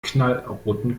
knallroten